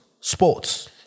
Sports